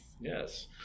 Yes